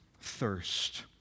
thirst